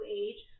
age